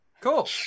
cool